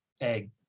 egg